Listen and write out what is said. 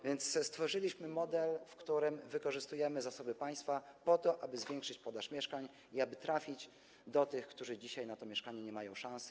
A więc stworzyliśmy model, w którym wykorzystujemy zasoby państwa po to, aby zwiększyć podaż mieszkań i aby trafić do tych, którzy dzisiaj na to mieszkanie nie mają szansy.